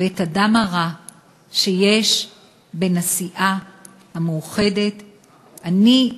ואת הדם הרע שיש בין הסיעה המאוחדת ובין,